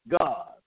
God